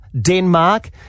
Denmark